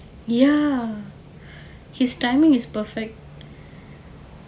ya his timing is perfect